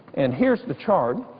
and here's the chart.